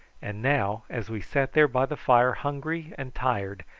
and now, as we sat there by the fire hungry and tired,